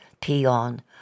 Peon